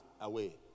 away